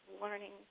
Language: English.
learning